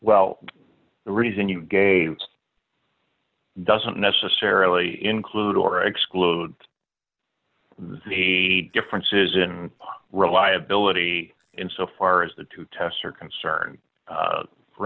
well the reason you gave doesn't necessarily include or exclude the differences in reliability and so far as the two tests are concerned